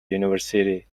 university